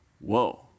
Whoa